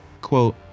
Quote